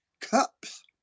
cups